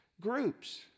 groups